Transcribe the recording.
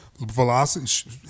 Velocity